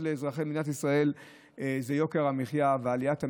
על אזרחי מדינת ישראל זה יוקר המחיה ועליית המחירים,